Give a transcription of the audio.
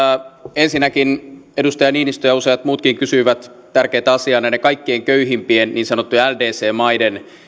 ensinnäkin edustaja niinistö ja useat muutkin kysyivät tärkeätä asiaa näiden kaikkein köyhimpien niin sanottujen ldc maiden